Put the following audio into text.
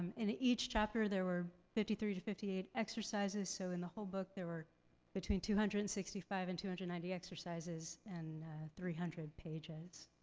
in ah each chapter, there were fifty three to fifty eight exercises. so in the whole book, there were between two hundred and sixty five and two hundred and ninety exercises and three hundred pages.